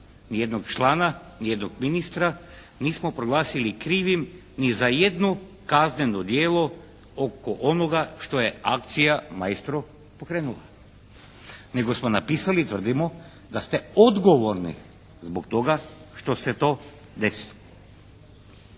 ni jednog člana, ni jednog ministra nismo proglasili krivim ni za jedno kazneno djelo oko onoga što je akcija "Maestro" pokrenula, nego smo napisali i tvrdimo da ste odgovorni zbog toga što se to desilo.